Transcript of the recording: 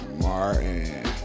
Martin